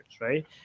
right